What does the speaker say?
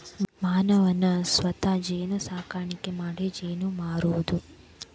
ಮಾನವನ ಸ್ವತಾ ಜೇನು ಸಾಕಾಣಿಕಿ ಮಾಡಿ ಜೇನ ಮಾರುದು